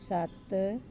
ਸੱਤ